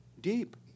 Deep